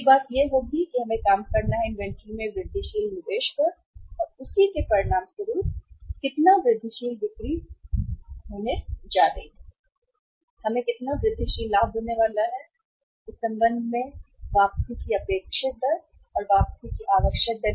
एक बात यह होगी कि हमें काम करना होगा इन्वेंट्री में वृद्धिशील निवेश और उसी के परिणामस्वरूप हम कितना वृद्धिशील बिक्री करते हैं होने जा रहा है हमें कितना वृद्धिशील लाभ होने वाला है और इस संबंध में क्या स्थिति है वापसी की अपेक्षित दर और वापसी की आवश्यक दर